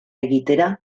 egitera